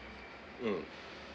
mm